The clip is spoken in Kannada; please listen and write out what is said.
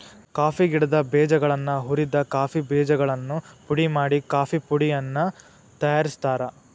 ಕಾಫಿ ಗಿಡದ ಬೇಜಗಳನ್ನ ಹುರಿದ ಕಾಫಿ ಬೇಜಗಳನ್ನು ಪುಡಿ ಮಾಡಿ ಕಾಫೇಪುಡಿಯನ್ನು ತಯಾರ್ಸಾತಾರ